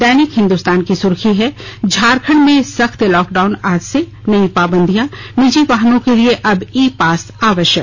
दैनिक हिंदुस्तान की सुर्खी है झारखंड में सख्त लॉकडाउन आज से नई पाबंदियां निजी वाहनों के लिए अब ई पास आवश्यक